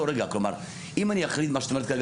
אם אני אחליט מה שאת אומרת כרגע,